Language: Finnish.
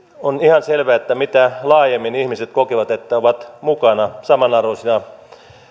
on ihan selvää että mitä laajemmin ihmiset kokevat että ovat mukana samanarvoisina